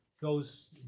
goes